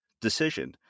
decision